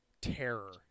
terror